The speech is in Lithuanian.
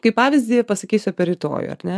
kaip pavyzdį pasakysiu apie rytojų ar ne